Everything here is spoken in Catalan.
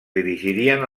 dirigien